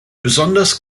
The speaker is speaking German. besonders